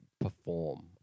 perform